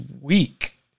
weak